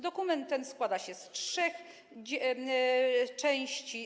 Dokument składa się z trzech części.